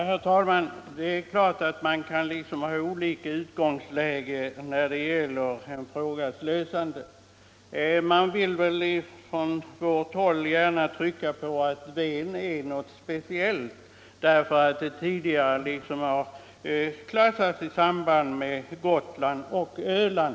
Herr talman! Det är klart att man kan ha olika utgångsläge när det gäller att lösa en fråga. Från vårt håll vill vi gärna trycka på att Ven är något speciellt, därför att den tidigare har klassats tillsammans med Gotland och Öland.